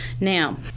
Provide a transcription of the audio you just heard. now